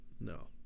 No